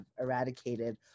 eradicated